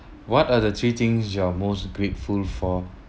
what are the three things you're most grateful for